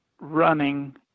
running